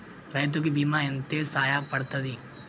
రైతు కి బీమా ఎంత సాయపడ్తది?